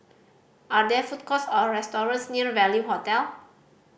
are there food courts or restaurants near Value Hotel